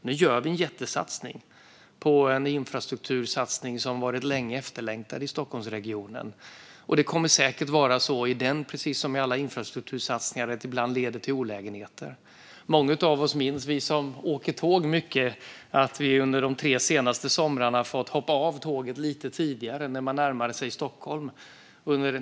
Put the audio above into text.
Nu gör vi en jättesatsning på infrastruktur som har varit efterlängtad länge i Stockholmsregionen. Det kommer säkert att vara så i den precis som i alla infrastruktursatsningar: De leder ibland till olägenheter. Många av oss - vi som åker mycket tåg - minns att vi under de tre senaste somrarna har fått hoppa av tåget lite tidigare när man närmar sig Stockholm.